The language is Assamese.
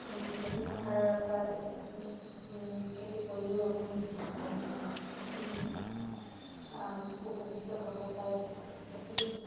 খেতি পথাৰৰ পৰা যেনেকে আপুনি খেতি কৰিও আপুনি বহু ধৰণৰ উপকৃত হ'ব পাৰে খেতি